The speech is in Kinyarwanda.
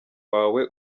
wawe